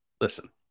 Listen